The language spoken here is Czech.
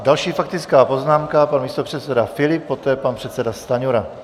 Další faktická poznámka, pan místopředseda Filip, poté pan předseda Stanjura.